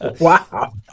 Wow